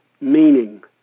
meaning